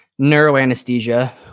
neuroanesthesia